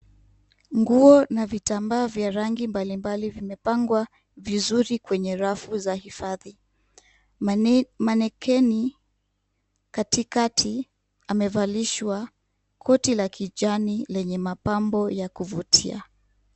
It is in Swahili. Nguo na vitambaa vya rangi mbalimbali vimepangwa vizuri kwenye rafu za hifadhi. Manekeni katikati amevalishwa koti la kijani lenye mapambo ya kuvutia.